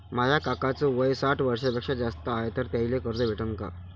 माया काकाच वय साठ वर्षांपेक्षा जास्त हाय तर त्याइले कर्ज भेटन का?